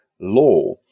law